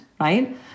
right